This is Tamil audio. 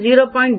02 250